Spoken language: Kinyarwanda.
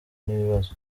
n’ibibazo